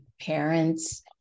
parents